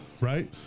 Right